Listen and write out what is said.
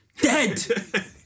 Dead